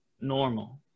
normal